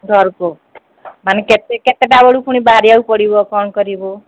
ଘରକୁ ମାନେ କେତେ କେତେଟା ବେଳୁ ପୁଣି ବାହାରିବାକୁ ପଡ଼ିବ କ'ଣ କରିବୁ